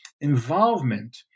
involvement